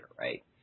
right